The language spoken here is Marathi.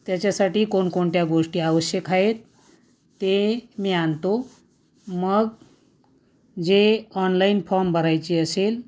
त्याच्यासाठी कोणकोणत्या गोष्टी आवश्यक आहेत ते मी आणतो मग जे ऑनलाईन फॉर्म भरायचे असेल